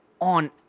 on